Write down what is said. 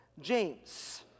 James